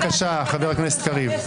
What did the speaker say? בבקשה, חבר הכנסת קריב.